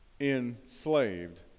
enslaved